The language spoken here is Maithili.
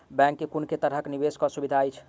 बैंक मे कुन केँ तरहक निवेश कऽ सुविधा अछि?